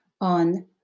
on